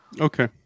Okay